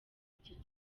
iki